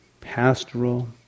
pastoral